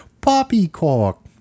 poppycock